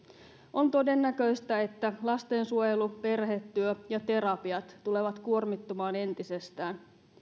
on todennäköistä että lastensuojelu perhetyö ja terapiat tulevat kuormittumaan entisestään